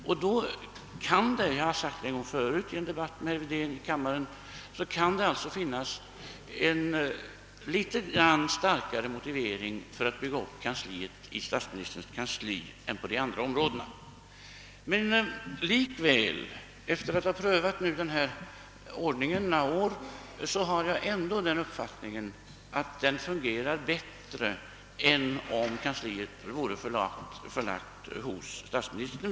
Därför kan det — jag har sagt det tidigare i en debatt med herr Wedén i andra kammaren — finnas något starkarre motivering för att bygga upp detta kansli i statsministerns kansli. Efter att ha prövat den nuvarande ordningen några år har jag emellertid den uppfattningen att den fungerar bättre än om kansliet vore förlagt hos statsministern.